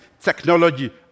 technology